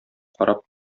карап